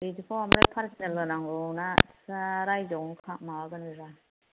बिदिखौ ओमफ्राय पार्सनेल होनांगौ ना फुरा रायजोआवनोखा माबागोन बेबा